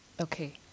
Okay